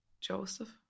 Joseph